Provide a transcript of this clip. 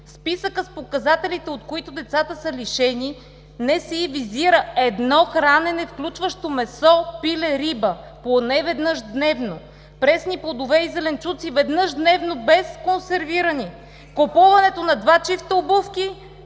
Списъкът с показателите, от които децата са лишени, Националният статистически институт визира едно хранене, включващо месо, пиле, риба поне веднъж дневно, пресни плодове и зеленчуци – веднъж дневно, без консервирани, купуването на два чифта обувки